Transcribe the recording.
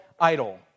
idol